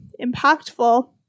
impactful